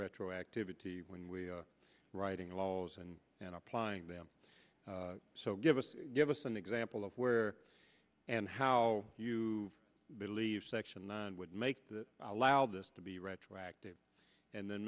retroactivity when we're writing laws and applying them so give us give us an example of where and how you believe section one would make that allow this to be retroactive and then